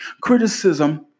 Criticism